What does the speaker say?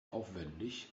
aufwendig